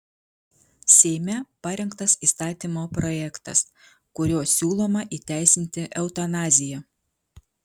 seime parengtas įstatymo projektas kuriuo siūloma įteisinti eutanaziją